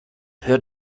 hör